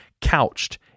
couched